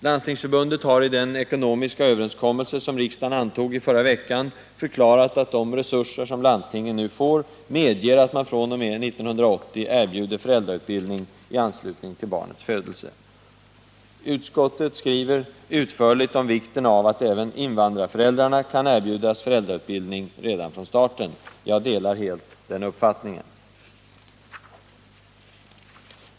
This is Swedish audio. Landstingsförbundet har i den ekonomiska överenskommelse som riksdagen antog i förra veckan förklarat att de resurser som landstingen nu får medger att man fr.o.m. 1980 erbjuder föräldrautbildning i anslutning till barnets födelse. Utskottet skriver utförligt om vikten av att även invandrarföräldrarna kan erbjudas föräldrautbildning redan från starten. Jag delar helt den uppfattningen.